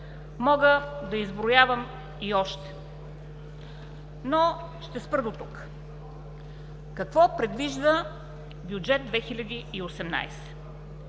Мога да изброявам и още, но ще спра дотук. Какво предвижда Бюджет 2018